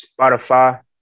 Spotify